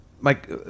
Mike